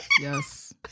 Yes